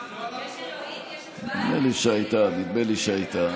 נדמה לי שהייתה.